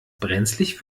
brenzlig